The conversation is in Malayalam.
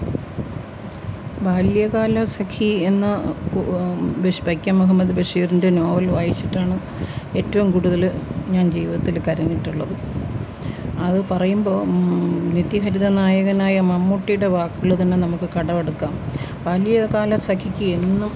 ബാല്യകാലസഖി എന്ന വൈക്കം മുഹമ്മദ് ബഷീറിന്റെ നോവൽ വായിച്ചിട്ടാണ് ഏറ്റവും കൂടുതല് ഞാൻ ജീവിതത്തില് കരഞ്ഞിട്ടുള്ളത് അത് പറയുമ്പോള് നിത്യ ഹരിത നായകനായ മമ്മൂട്ടിയുടെ വാക്കുകള് തന്നെ നമുക്ക് കടമെടുക്കാം ബാല്യകാലസഖിക്ക് എന്നും